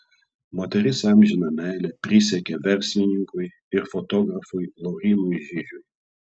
moteris amžiną meilę prisiekė verslininkui ir fotografui laurynui žižiui